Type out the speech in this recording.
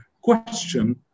question